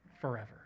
forever